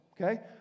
Okay